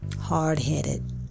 hard-headed